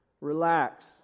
Relax